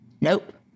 nope